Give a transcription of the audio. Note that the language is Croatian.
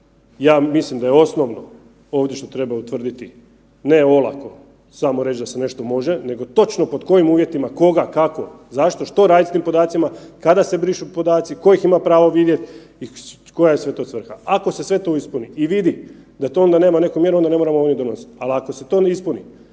Ja mislim da je osnovno ovdje što treba utvrditi ne olako samo reći da se nešto može nego točno pod kojim uvjetima, koga, kako, zašto, što raditi s tim podacima, kada se brišu podaci, tko ih ima pravo vidjet i koja je to sve svrha. Ako se sve to ispuni i vidi da to nema neku mjeru onda ne moramo ovdje donositi, ali ako se to ne ispuni